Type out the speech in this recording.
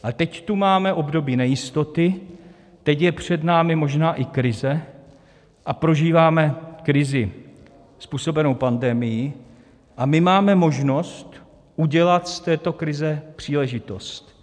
A teď tu máme období nejistoty, teď je před námi možná i krize a prožíváme krizi způsobenou pandemií a my máme možnost udělat z této krize příležitost.